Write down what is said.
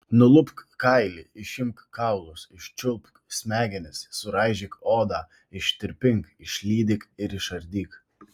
nulupk kailį išimk kaulus iščiulpk smegenis suraižyk odą ištirpink išlydyk ir išardyk